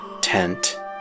tent